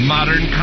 Modern